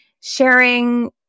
sharing